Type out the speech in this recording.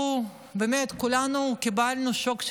באמת, כולנו קיבלנו שוק בחיים,